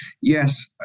yes